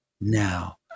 now